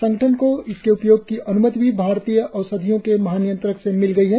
संगठन को इसके उपयोग की अन्मति भी भारतीय औषधियों महानियंत्रक से मिल गई है